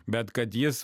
bet kad jis